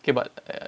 okay but